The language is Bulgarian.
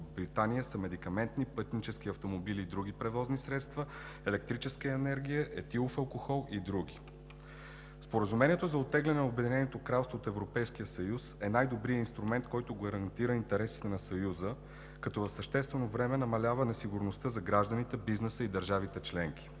Великобритания са медикаменти, пътнически автомобили и други превозни средства, електрическа енергия, етилов алкохол и други. Споразумението за оттегляне на Обединеното кралство от Европейския съюз е най-добрият инструмент, който гарантира интересите на Съюза, като в същото време намалява несигурността за гражданите, бизнеса на държавите членки